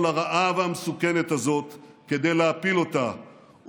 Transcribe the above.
הרעה והמסוכנת הזאת כדי להפיל אותה,